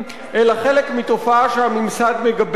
אלא חלק מתופעה שהממסד מגבה,